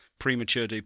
premature